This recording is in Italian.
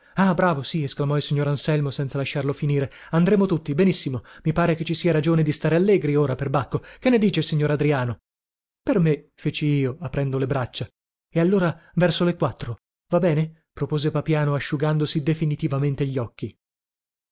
ah bravo sì esclamò il signor anselmo senza lasciarlo finire andremo tutti benissimo i pare che ci sia ragione di stare allegri ora perbacco che ne dice signor adriano per me feci io aprendo le braccia e allora verso le quattro va bene propose papiano asciugandosi definitivamente gli occhi